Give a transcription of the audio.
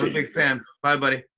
big fan. bye, buddy.